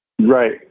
Right